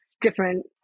different